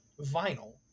vinyl